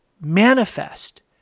manifest